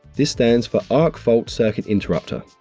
this stands for arc fault circuit interrupter.